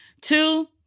Two